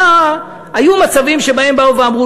היו מצבים שבהם באו ואמרו,